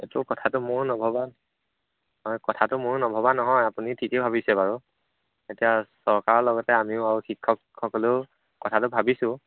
সেইটো কথাটো ময়ো নভবা নহয় কথাটো ময়ো নভবা নহয় আপুনি ঠিকে ভাবিছে বাৰু এতিয়া চৰকাৰৰ লগতে আমিও আৰু শিক্ষকসকলেও কথাটো ভাবিছোঁ